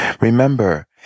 Remember